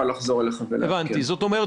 זאת אומרת